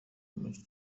menshi